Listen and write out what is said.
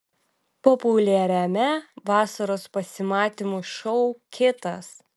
populiariame vasaros pasimatymų šou kitas